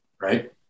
right